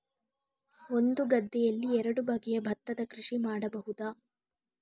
ಒಂದು ಗದ್ದೆಯಲ್ಲಿ ಎರಡು ಬಗೆಯ ಭತ್ತದ ಕೃಷಿ ಮಾಡಬಹುದಾ?